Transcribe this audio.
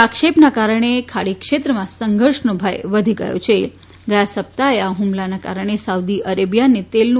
આદેશો કર્યા છે આ ખાડી ક્ષેત્રમાં સંઘર્ષનો ભય વધી ગયો છેગયા સપ્તાહે આ હુમલાને કારણે સાઉદી અરેબિયાને તેલનું